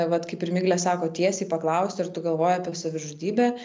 vat kaip ir miglė sako tiesiai paklausti ar tu galvoji apie savižudybę